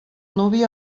nuvi